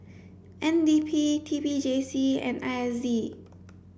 N D P T P J C and I S D